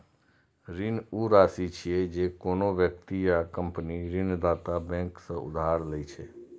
ऋण ऊ राशि छियै, जे कोनो व्यक्ति या कंपनी ऋणदाता बैंक सं उधार लए छै